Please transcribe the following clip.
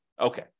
Okay